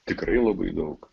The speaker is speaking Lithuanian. tikrai labai daug